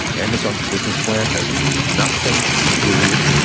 amazon's business plan has nothing to do,